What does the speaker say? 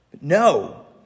No